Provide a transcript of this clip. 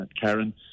Karen